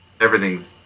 everything's